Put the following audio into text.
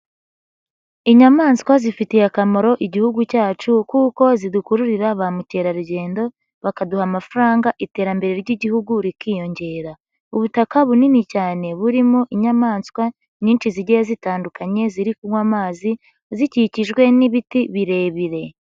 Inyamaswa zifitiye akamaro Igihugu cyacu kuko zidukururira ba mukerarugendo, bakaduha amafaranga iterambere ry'Igihugu rikiyongera. Ubutaka bunini cyane burimo inyamaswa nyinshi zigiye zitandukanye, ziri kunywa amazi zikikijwe n'ibiti birebire.